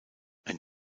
ein